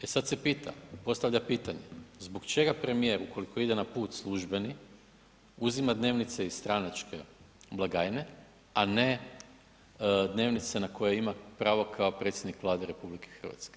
E sad se pita, postavlja pitanje, zbog čega premijer ukoliko ide na put službeni uzima dnevnice iz stranačke blagajne a ne dnevnice na koje ima pravo kao predsjednik Vlade RH.